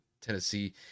Tennessee